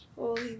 Holy